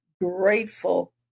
grateful